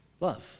Love